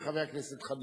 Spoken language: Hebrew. חבר הכנסת חנין.